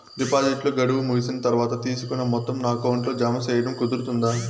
డిపాజిట్లు గడువు ముగిసిన తర్వాత, తీసుకున్న మొత్తం నా అకౌంట్ లో జామ సేయడం కుదురుతుందా?